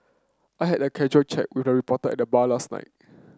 I had a casual chat with a reporter at the bar last night